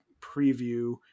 preview